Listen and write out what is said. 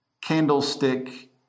candlestick